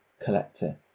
collector